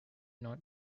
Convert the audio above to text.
not